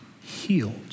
healed